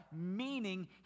meaning